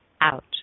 out